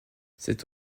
cet